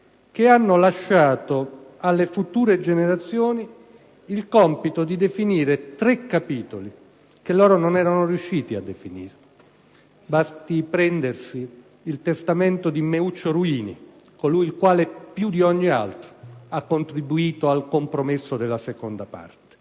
che hanno lasciato alle future generazioni il compito di definire tre capitoli che loro non erano riusciti a definire. Basta rileggersi il "testamento" di Meuccio Ruini, colui il quale più di ogni altro ha contribuito al compromesso della seconda parte: